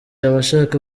abashaka